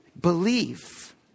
belief